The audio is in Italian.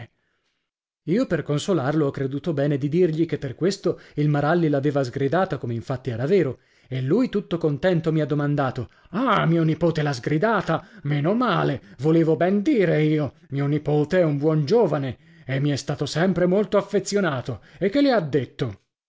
io per consolarlo ho creduto bene di dirgli che per questo il maralli l'aveva sgridata come infatti era vero e lui tutto contento mi ha domandato ah mio nipote lha sgridata meno male volevo ben dire io mio nipote è un buon giovane e mi è stato sempre molto affezionato e che le ha detto